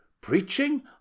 Preaching